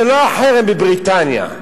זה לא החרם בבריטניה.